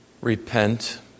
repent